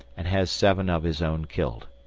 and has seven of his own killed.